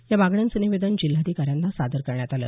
या मागण्यांचं निवेदन जिल्हाधिकाऱ्यांना सादर करण्यात आलं